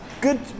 Good